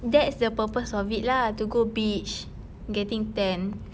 that's the purpose of it lah to go beach getting tan